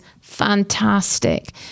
fantastic